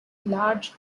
large